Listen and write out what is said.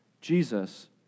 Jesus